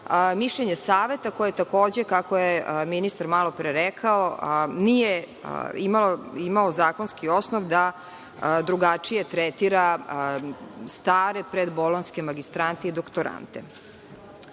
mišljenje Saveta koji takođe, kako je ministar malopre rekao, a nije imao zakonski osnov da drugačije tretira stare predbolonjske magistrante i doktorante. Ministar